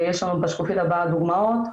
יש לנו בשקופית הבאה דוגמאות.